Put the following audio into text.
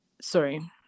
Sorry